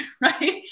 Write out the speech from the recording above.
right